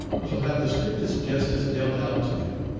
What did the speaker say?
shall have the strictest justice dealt out to him,